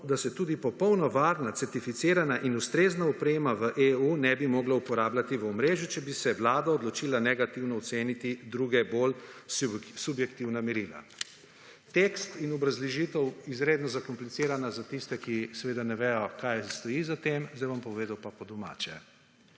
da se tudi popolno varna, certificirana in ustrezna oprema v EU nebi mogla uporabljati v omrežju, če bi se vlada odločila negativno oceniti druge, bolj subjektivna merila. Tekst in obrazložitev izredno zakomplicirana za tiste, ki seveda ne vedo, kaj stoji za tem. Zdaj bom povedal pa po domače.